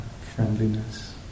friendliness